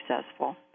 successful